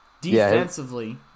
Defensively